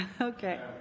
okay